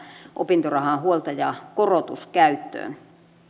opintorahan huoltajakorotus käyttöön